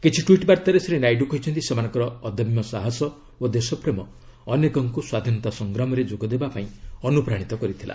କିଛି ଟ୍ୱିଟ୍ ବାର୍ତ୍ତାରେ ଶ୍ରୀ ନାଇଡୁ କହିଛନ୍ତି ସେମାନଙ୍କର ଅଦମ୍ୟ ସାହସ ଓ ଦେଶପ୍ରେମ ଅନେକଙ୍କୁ ସ୍ୱାଧୀନତା ସଂଗ୍ରାମରେ ଯୋଗଦେବା ପାଇଁ ଅନୁପ୍ରାଶିତ କରିଥିଲା